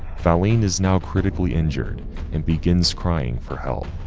fallon is now critically injured and begins crying for help.